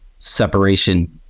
Separation